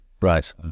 Right